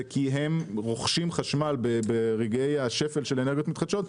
זה כי הם רוכשים חשמל ברגעי השפל של אנרגיות מתחדשות.